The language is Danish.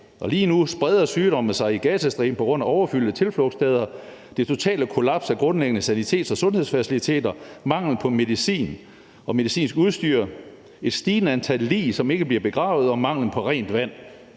lige nu spreder sygdomme sig i Gazastriben på grund af overfyldte tilflugtssteder, det totale kollaps af grundlæggende sanitets- og sundhedsfaciliteter, manglen på medicin og medicinsk udstyr, et stigende antal lig, som ikke bliver begravet, og manglen på rent vand.